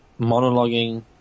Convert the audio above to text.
monologuing